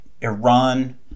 Iran